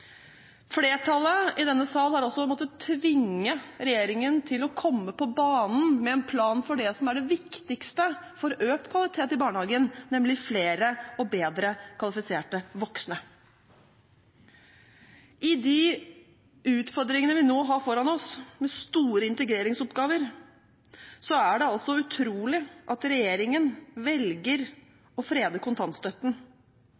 Flertallet i denne sal har også måttet tvinge regjeringen til å komme på banen med en plan for det som er det viktigste for økt kvalitet i barnehagen, nemlig flere og bedre kvalifiserte voksne. I de utfordringene vi nå har foran oss, med store integreringsoppgaver, er det altså utrolig at regjeringen velger å frede kontantstøtten,